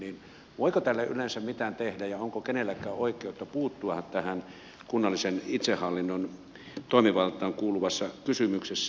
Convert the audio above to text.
voiko tälle yleensä mitään tehdä ja onko kenelläkään oikeutta puuttua tähän kunnallisen itsehallinnon toimivaltaan kuuluvassa kysymyksessä